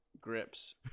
grips